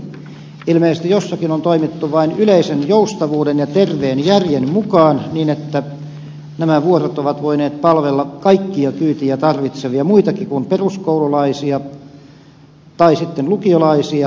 ilmeisesti jossakin on toimittu vain yleisen joustavuuden ja terveen järjen mukaan niin että nämä vuorot ovat voineet palvella kaikkia kyytiä tarvitsevia muitakin kuin peruskoululaisia ja lukiolaisia